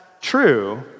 true